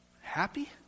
happy